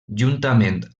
juntament